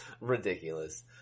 Ridiculous